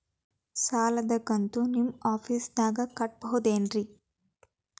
ಸಾಲದ ಕಂತು ನಿಮ್ಮ ಆಫೇಸ್ದಾಗ ಕಟ್ಟಬಹುದೇನ್ರಿ?